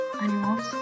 animals